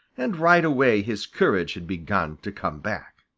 and right away his courage had begun to come back.